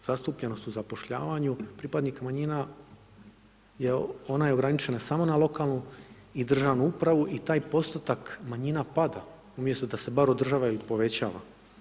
Zastupljenost u zapošljavanju pripadnika manjina, ona je ograničena samo na lokalnu i državnu upravu i taj postotak manjina pada umjesto da se bar održava ili povećava.